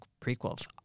prequels